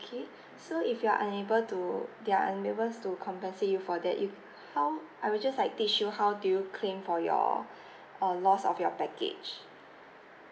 okay so if you are unable to they are unable to compensate you for that you how I will just like teach you how do you claim for your uh loss of your package